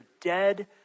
dead